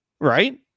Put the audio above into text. right